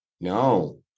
No